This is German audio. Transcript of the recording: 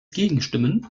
gegenstimmen